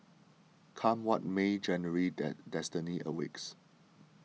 come what may January's den destiny a weeks